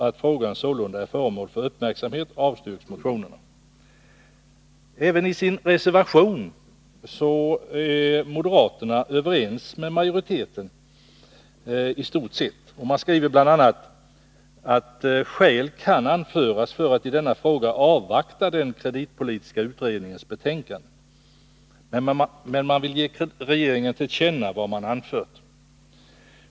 Äveniisin reservation är moderaterna i stort sett överens med majoriteten. De skriver bl.a. att ”skäl också kan anföras för att i denna fråga avvakta den kreditpolitiska utredningens betänkande”. Men moderaterna vill ge regeringen till känna vad man anfört.